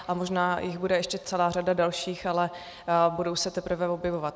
A možná jich bude ještě celá řada dalších, ale budou se teprve objevovat.